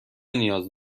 نیاز